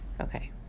Okay